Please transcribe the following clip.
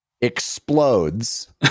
explodes